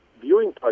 viewing